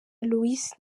louis